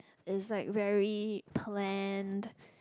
is like very planned